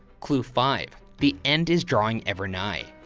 clue five, the end is drawing ever nigh.